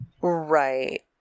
right